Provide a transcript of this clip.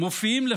מופיעים,